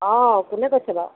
অঁ কোনে কৈছে বাৰু